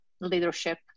leadership